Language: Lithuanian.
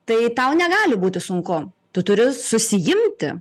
tai tau negali būti sunku tu turi susiimti